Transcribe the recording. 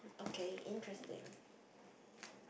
okay interesting